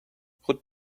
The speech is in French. route